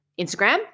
Instagram